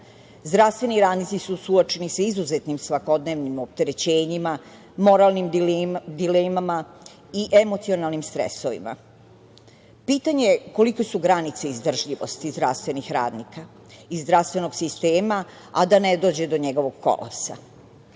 Zdravstveni radnici su suočeni sa izuzetnim svakodnevnim opterećenjima, moralnim dilemama i emocionalnim stresovima. Pitanje je kolike su granice izdržljivosti zdravstvenih radnika i zdravstvenog sistema, a da ne dođe do njegovog kolapsa.